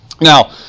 Now